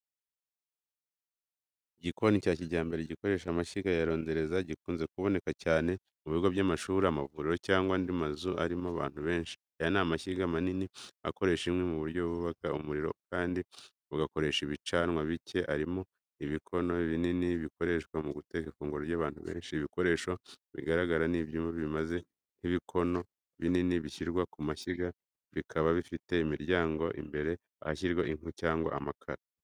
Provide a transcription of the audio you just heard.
Igikoni cya kijyambere gikoresha amashyiga ya rondereza, gikunze kuboneka cyane mu bigo by’amashuri, amavuriro cyangwa andi mazu arimo abantu benshi. Aya ni amashyiga manini akoresha inkwi mu buryo bubika umuriro kandi bugakoresha ibicanwa bike, arimo ibikono binini bikoreshwa guteka ifunguro ry’abantu benshi. Ibikoresho bigaragara ni ibyuma bimeze nk’ibikono binini bishyirwa ku mashyiga, bikaba bifite imiryango imbere ahashyirwa inkwi cyangwa amakara.